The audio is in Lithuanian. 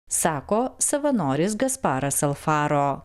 sako savanoris gasparas alfaro